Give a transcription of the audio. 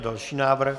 Další návrh.